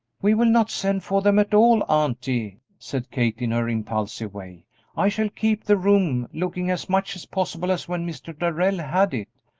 we will not send for them at all, auntie, said kate, in her impulsive way i shall keep the room looking as much as possible as when mr. darrell had it,